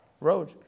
road